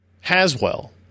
Haswell